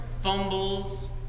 fumbles